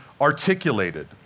articulated